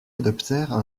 adoptèrent